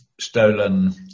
stolen